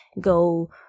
go